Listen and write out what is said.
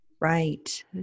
right